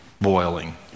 boiling